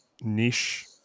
niche